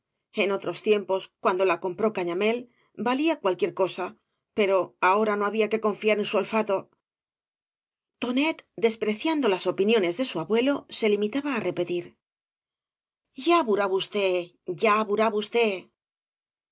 en otros tiempos cuando la compró cañamél valía cualquier cosa pero ahora no había que confiar en su olfato tonet despreciando las opiniones de su abuelo se limitaba á repetir v blasco ibánez ya